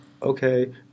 Okay